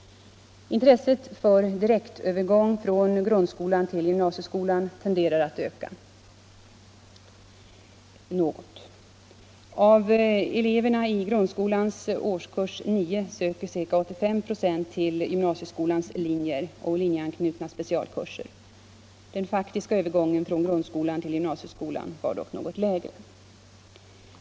Intresset för direkt övergång från grundskolan till gymnasieskolan tenderar att öka något. Av eleverna i grundskolans årskurs 9 söker ca 85 96 till gymnasieskolans linjer och linjeanknutna specialkurser. Den faktiska övergången från grundskolan till gymnasieskolan var dock något lägre.